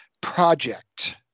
project